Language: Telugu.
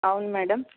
అవును మేడం